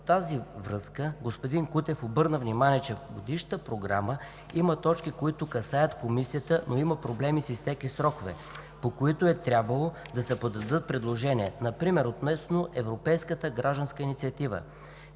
В тази връзка господин Кутев обърна внимание, че в Годишната програма има точки, които касаят Комисията, но има проблем с изтекли срокове, по които е трябвало да се подадат предложения, например относно Европейската гражданска инициатива.